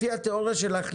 לפי התאוריה שלך,